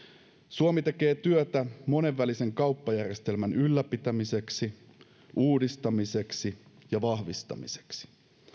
suomi tekee työtä monenvälisen kauppajärjestelmän ylläpitämiseksi uudistamiseksi ja vahvistamiseksi